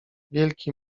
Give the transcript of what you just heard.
wielki